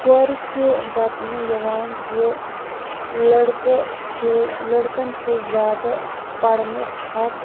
کورِ چھُ دَپنہٕ یِوان کہ لٔڑکہٕ چھُ لٔڑکَن چھُ زیادٕ پَرنُک حق